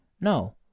No